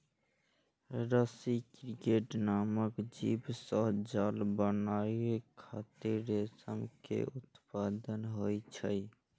रसी क्रिकेट नामक जीव सं जाल बनाबै खातिर रेशम के उत्पादन होइ छै